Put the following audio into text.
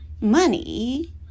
money